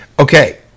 Okay